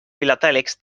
filatèlics